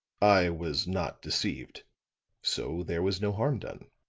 i was not deceived so there was no harm done,